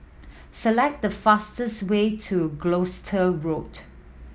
select the fastest way to Gloucester Road